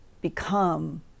become